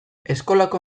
eskolako